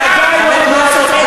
ידי לא מגואלות בדם.